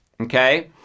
Okay